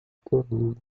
corrida